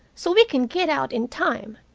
so we can get out in time.